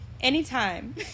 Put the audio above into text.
anytime